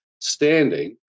standing